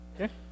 Okay